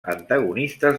antagonistes